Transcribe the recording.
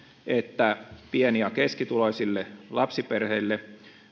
että pieni ja keskituloisille lapsiperheille